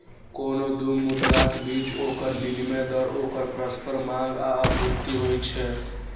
कोनो दू मुद्राक बीच ओकर विनिमय दर ओकर परस्पर मांग आ आपूर्ति होइ छै